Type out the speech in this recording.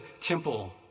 temple